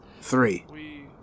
three